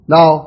Now